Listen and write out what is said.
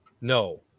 No